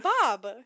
Bob